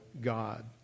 God